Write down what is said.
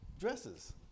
dresses